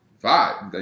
five